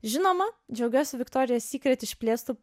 žinoma džiaugiuosi viktorijos sykret išplėstu